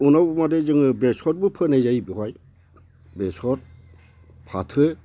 उनाव मादो जोङो बेसरबो फोनाय जायो बेवहाय बेसर फाथो